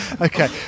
Okay